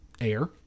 air